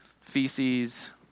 feces